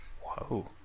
Whoa